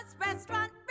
Restaurant